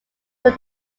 were